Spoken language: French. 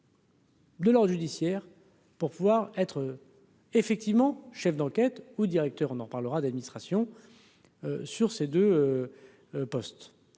De leur judiciaire pour pouvoir être effectivement chef d'enquête ou directeur, on en reparlera d'administration sur ces 2 postes,